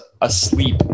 asleep